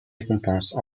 récompenses